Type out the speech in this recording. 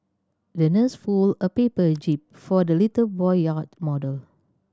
the nurse folded a paper jib for the little boy yacht model